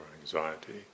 anxiety